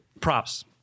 props